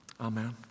Amen